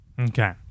okay